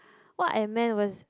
what I meant was